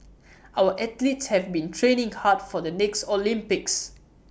our athletes have been training hard for the next Olympics